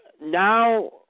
now